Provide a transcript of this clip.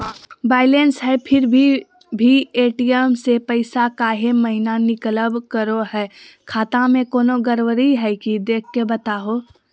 Balance है फिर भी भी ए.टी.एम से पैसा काहे महिना निकलब करो है, खाता में कोनो गड़बड़ी है की देख के बताहों?